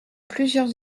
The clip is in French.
plusieurs